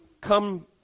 come